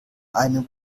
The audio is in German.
einem